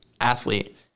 athlete